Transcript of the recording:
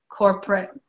corporate